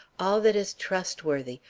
all that is trustworthy,